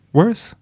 worse